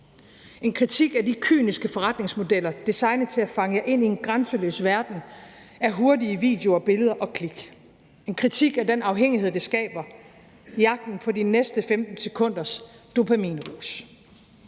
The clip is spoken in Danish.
en kritik af de kyniske forretningsmodeller designet til at fange jer ind i en grænseløs verden af hurtige videoer, billeder og klik; det er en kritik af den afhængighed, det skaber – jagten på de næste 15 sekunders dopaminrus;